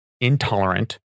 intolerant